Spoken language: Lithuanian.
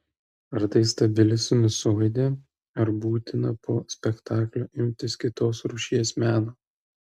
ar tai stabili sinusoidė ar būtina po spektaklio imtis kitos rūšies meno